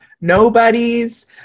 nobodies